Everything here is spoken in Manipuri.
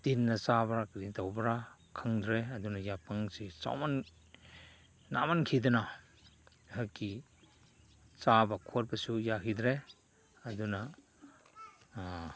ꯇꯤꯟꯅ ꯆꯥꯕ꯭ꯔ ꯀꯔꯤ ꯇꯧꯕ꯭ꯔ ꯈꯪꯗ꯭ꯔꯦ ꯑꯗꯨꯅ ꯌꯥꯐꯪꯁꯤ ꯅꯥꯃꯟꯈꯤꯗꯅ ꯑꯩꯍꯥꯛꯀꯤ ꯆꯥꯕ ꯈꯣꯠꯄꯁꯨ ꯌꯥꯈꯤꯗ꯭ꯔꯦ ꯑꯗꯨꯅ